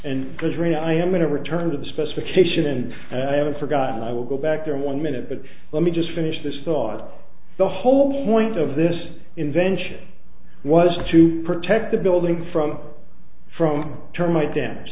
and there's rain i am going to return to the specification and i haven't forgotten i will go back there one minute but let me just finish this thought the whole point of this invention was to protect the building from from termite damage